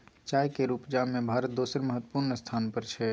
चाय केर उपजा में भारत दोसर महत्वपूर्ण स्थान पर छै